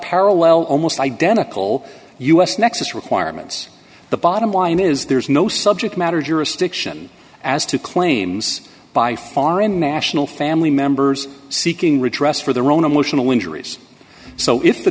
parallel almost identical u s nexus requirements the bottom line is there's no subject matter jurisdiction as to claims by foreign national family members seeking redress for their own emotional injuries so if the